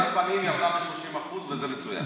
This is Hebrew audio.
הצריכה של כלים חד-פעמיים ירדה ב-30% וזה מצוין.